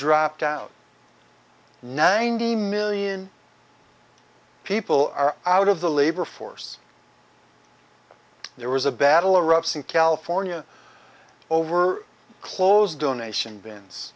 dropped out ninety million people are out of the labor force there was a battle erupts in california over clothes donation bins